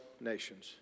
nations